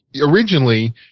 originally